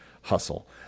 hustle